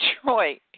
Detroit